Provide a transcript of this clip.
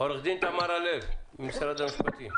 עורך דין תמרה לב, משרד המשפטים,